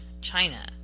China